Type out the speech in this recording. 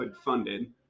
funded